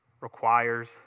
requires